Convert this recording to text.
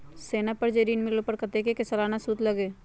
सोना पर जे ऋन मिलेलु ओपर कतेक के सालाना सुद लगेल?